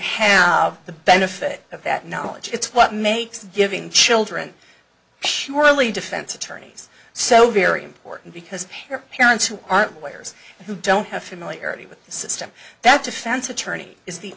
have the benefit of that knowledge it's what makes giving children surely defense attorneys so very important because their parents who aren't weyers who don't have familiarity with the system that defense attorney is the